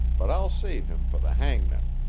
but i'll save him for the hangman.